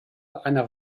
einer